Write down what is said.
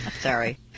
sorry